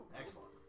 Excellent